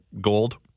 gold